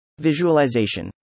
Visualization